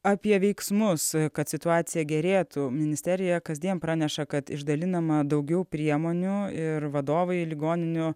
apie veiksmus kad situacija gerėtų ministerija kasdien praneša kad išdalinama daugiau priemonių ir vadovai ligoninių